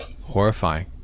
Horrifying